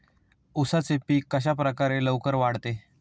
उसाचे पीक कशाप्रकारे लवकर वाढते?